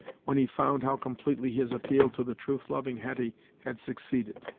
when he found how completely his appeal to the truth-loving hetty had succeeded.